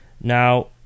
Now